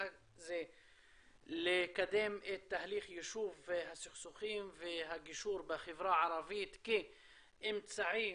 זה לקדם את תהליך יישוב הסכסוכים והגישור בחברה הערבית כאמצעי